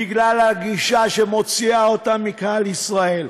בגלל הגישה שמוציאה אותם מקהל ישראל.